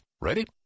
Ready